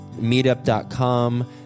meetup.com